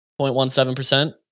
0.17%